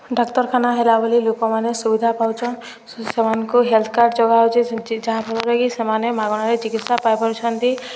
ଡାକ୍ତରଖାନା ହେଲା ବୋଲି ଲୋକମାନେ ସୁବିଧା ପାଉଛନ୍ ସେମାନଙ୍କୁ ହେଲ୍ଥ୍ କାର୍ଡ଼୍ ଯୋଗାହଉଛେ ଯାହା ଫଳରେକି ସେମାନେ ମାଗଣାରେ ଚିକିତ୍ସା ପାଇପାରୁଛନ୍ତି